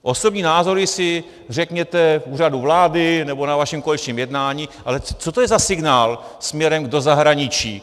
Osobní názory si řekněte v Úřadu vlády nebo na vašem koaličním jednání, ale co to je za signál směrem do zahraničí?